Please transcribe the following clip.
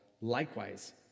Likewise